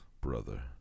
brother